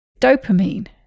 dopamine